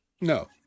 No